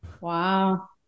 Wow